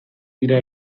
dira